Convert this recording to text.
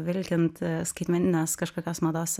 vilkint skaitmenines kažkokios mados